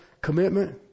commitment